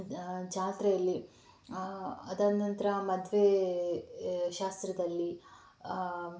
ಜಾತ್ರೆಯಲ್ಲಿ ಅದಾದ ನಂತರ ಮದುವೆ ಶಾಸ್ತ್ರದಲ್ಲಿ